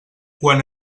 quan